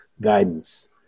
guidance